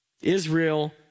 Israel